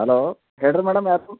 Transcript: hello ಹೇಳ್ರಿ madam ಯಾರು